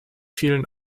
vielen